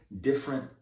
different